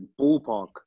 ballpark